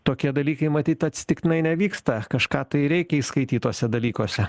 tokie dalykai matyt atsitiktinai nevyksta kažką tai reikia įskaityt tuose dalykuose